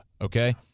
okay